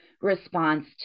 response